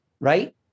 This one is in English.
right